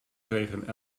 kregen